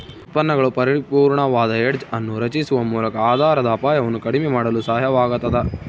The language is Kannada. ಉತ್ಪನ್ನಗಳು ಪರಿಪೂರ್ಣವಾದ ಹೆಡ್ಜ್ ಅನ್ನು ರಚಿಸುವ ಮೂಲಕ ಆಧಾರದ ಅಪಾಯವನ್ನು ಕಡಿಮೆ ಮಾಡಲು ಸಹಾಯವಾಗತದ